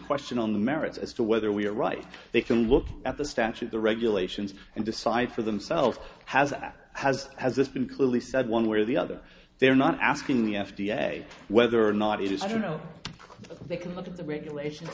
question on the merits as to whether we are right they can look at the statute the regulations and decide for themselves has has has this been clearly said one where the other they're not asking the f d a whether or not he just you know they can look at the regulations